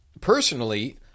personally